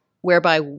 whereby